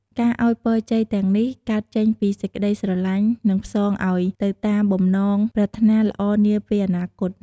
ការអោយពរជ័យទាំងនេះកើតចេញពីសេចក្តីស្រឡាញ់ និងផ្សងអោយទៅតាមបំណងប្រាថ្នាល្អនាពេលអនាគត។